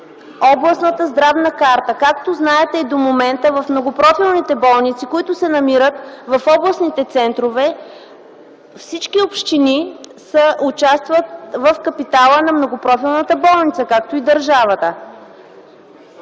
ДЕСИСЛАВА АТАНАСОВА: Както знаете, и до момента в многопрофилните болници, които се намират в областните центрове, всички общини участват в капитала на многопрофилната болница, както и държавата.